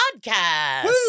Podcast